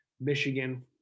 Michigan